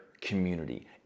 community